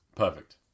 Perfect